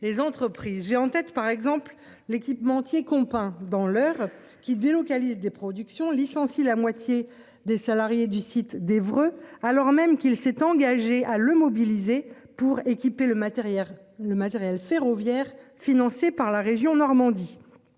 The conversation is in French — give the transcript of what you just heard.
les entreprises, j'ai en tête par exemple l'équipementier Compin dans l'heure qui délocalisent des productions licencie. La moitié des salariés du site d'Evreux, alors même qu'il s'est engagé à le mobilisé pour équiper le matériel, le matériel ferroviaire financée par la région Normandie.